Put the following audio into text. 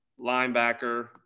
linebacker